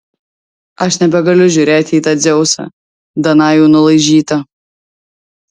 aš nebegaliu žiūrėti į tą dzeusą danajų nulaižytą